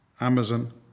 Amazon